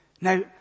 Now